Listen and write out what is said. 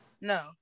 No